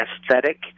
aesthetic